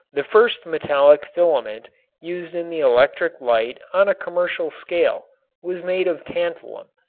the first metallic filament used in the electric light on a commercial scale was made of tantalum,